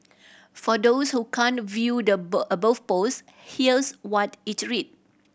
for those who can't view the above post here's what it read